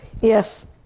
Yes